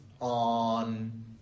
on